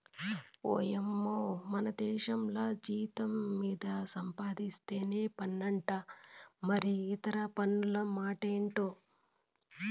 ఓయమ్మో మనదేశంల జీతం మీద సంపాధిస్తేనే పన్నంట మరి ఇతర పన్నుల మాటెంటో